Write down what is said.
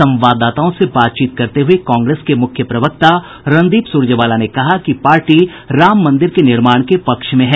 संवाददाताओं से बातचीत करते हुए कांग्रेस के मुख्य प्रवक्ता रणदीप सुरजेवाला ने कहा कि पार्टी राम मंदिर के निर्माण के पक्ष में है